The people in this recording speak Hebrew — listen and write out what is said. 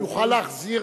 הוא יוכל להחזיר,